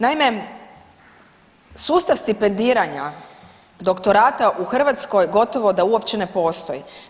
Naime, sustav stipendiranja, doktorata u Hrvatskoj gotovo uopće da ne postoji.